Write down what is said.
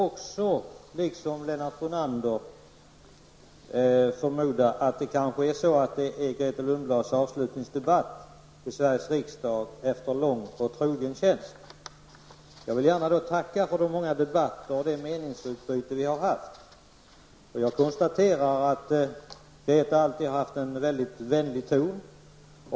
I likhet med Lennart Brunander förmodar också jag att den här debatten i dag är Grethe Lundblads sista debatt i Sveriges riksdag, efter lång och trogen tjänst. Jag vill gärna tacka för de många debatter och meningsutbyten som vi har haft. Jag konstaterar att Grethe alltid har haft en väldigt vänlig ton.